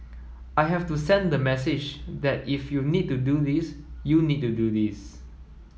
I have to send the message that if you need to do this you need to do this